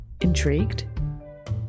Intrigued